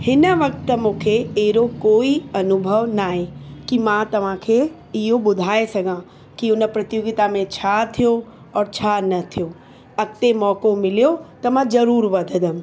हिन वक़्तु मूंखे अहिड़ो कोई अनुभव नाहे कि मां तव्हांखे इहो ॿुधाए सघां कि हुन प्रतियोगिता में छा थियो और छा न थियो अॻिते मौक़ो मिलियो त मां ज़रूरु वधंदमि